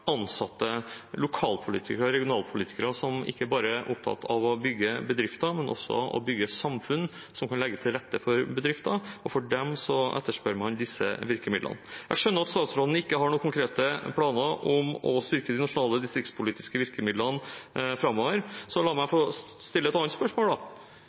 ansatte, lokalpolitikere og regionalpolitikere, som ikke bare er opptatt av å bygge bedrifter, men også av å bygge samfunn som kan legge til rette for bedrifter, og de etterspør disse virkemidlene. Jeg skjønner at statsråden ikke har noen konkrete planer om å styrke de nasjonale distriktspolitiske virkemidlene framover, så la meg da få stille et annet spørsmål.